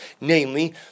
Namely